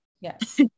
yes